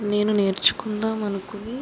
నేను నేర్చుకుందాం అనుకొనే